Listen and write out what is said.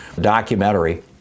documentary